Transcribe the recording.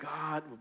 God